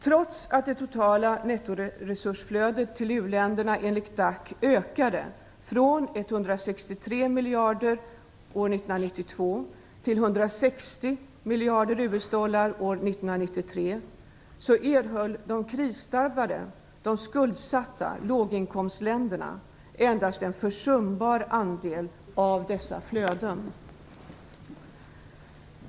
Trots att det totala nettoresursflödet till u-länderna enligt DAC ökade från 163 miljarder år 1992 till 160 miljarder US-dollar år 1993 erhöll de krisdrabbade och skuldsatta låginkomstländerna endast en försumbar andel av dessa flöden.